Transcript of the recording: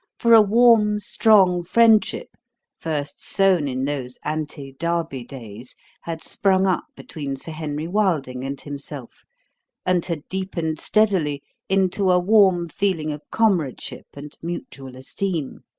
for a warm, strong friendship first sown in those ante-derby days had sprung up between sir henry wilding and himself and had deepened steadily into a warm feeling of comradeship and mutual esteem.